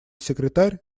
секретарь